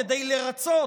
כדי לרצות